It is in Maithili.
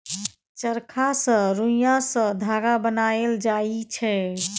चरखा सँ रुइया सँ धागा बनाएल जाइ छै